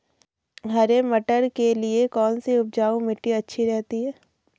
हरे मटर के लिए कौन सी उपजाऊ मिट्टी अच्छी रहती है?